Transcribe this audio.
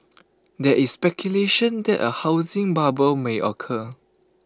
there is speculation that A housing bubble may occur